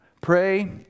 Pray